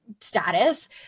status